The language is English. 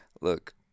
look